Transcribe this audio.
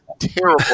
terrible